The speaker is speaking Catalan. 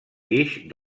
guix